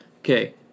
Okay